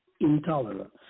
intolerance